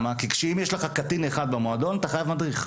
כי אם יש לך קטין אחד במועדון, אתה חייב מדריך.